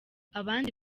abandi